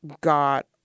got